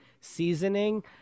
seasoning